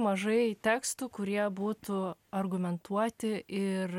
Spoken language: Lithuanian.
mažai tekstų kurie būtų argumentuoti ir